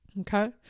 okay